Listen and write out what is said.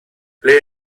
ble